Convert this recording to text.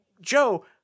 Joe